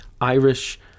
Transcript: Irish